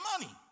money